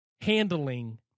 handling